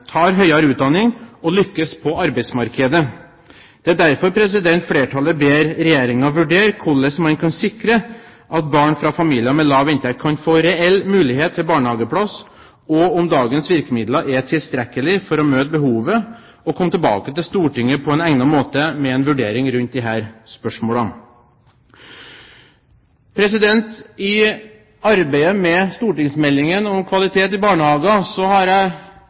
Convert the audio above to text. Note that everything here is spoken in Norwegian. tar høyere utdanning og lykkes på arbeidsmarkedet. Det er derfor flertallet ber Regjeringen vurdere hvordan man kan sikre at barn fra familier med lav inntekt kan få reell mulighet til barnehageplass, og om dagens virkemidler er tilstrekkelig for å møte behovet, og komme tilbake til Stortinget på en egnet måte med en vurdering rundt disse spørsmålene. I arbeidet med stortingsmeldingen om kvalitet i barnehager har jeg